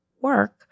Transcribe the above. work